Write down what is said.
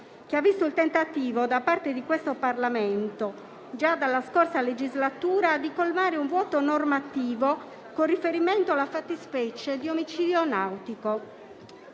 che ha visto il tentativo da parte di questo Parlamento, già dalla scorsa legislatura, di colmare un vuoto normativo con riferimento alla fattispecie di omicidio nautico.